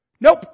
Nope